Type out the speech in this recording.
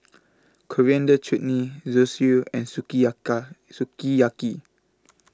Coriander Chutney Zosui and Sukiyaki